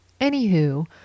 Anywho